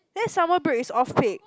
then summer break is off peak